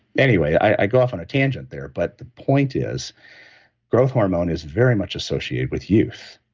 anyway, i go off on a tangent there, but point is growth hormone is very much associated with youth.